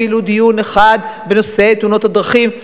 אפילו דיון אחד בנושא תאונות הדרכים.